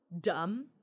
dumb